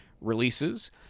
releases